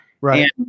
Right